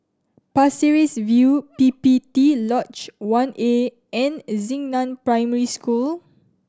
Pasir Ris View P P T Lodge One A and Xingnan Primary School